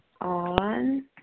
on